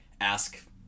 ask